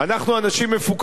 אנחנו אנשים מפוכחים,